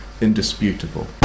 indisputable